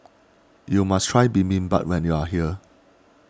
you must try Bibimbap when you are here